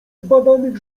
zbadanych